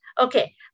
Okay